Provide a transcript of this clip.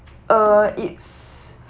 uh it's